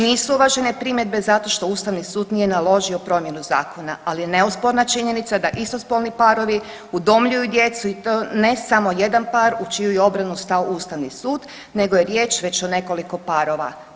Nisu uvažene primjedbe zato što ustavni sud nije naložio promjenu zakona, ali je neosporna činjenica da istospolni parovi udomljuju djecu i to ne samo jedan par u čiju je obranu stao ustavni sud nego je riječ već o nekoliko parova.